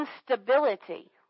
instability